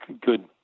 good